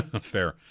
Fair